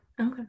Okay